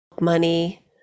money